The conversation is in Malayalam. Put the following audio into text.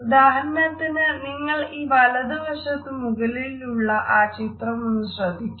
ഉദാഹരണത്തിന് നിങ്ങൾ ഈ വലതു വശത്ത് മുകളിലുള്ള ആ ചിത്രമൊന്ന് ശ്രദ്ധിക്കൂ